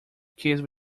case